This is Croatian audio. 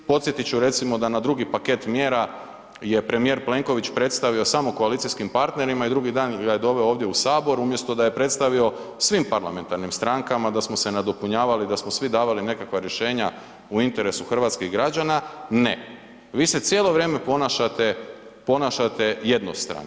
Podsjetit ću recimo da na drugi paket mjera je premijer Plenković predstavio samo koalicijskim partnerima i drugi dan ga je doveo ovdje u sabor umjesto da je predstavio svim parlamentarnim strankama, da smo se nadopunjavali, da smo svi davali nekakva rješenja u interesu hrvatskih građana, ne, vi se cijelo vrijeme ponašate jednostrano.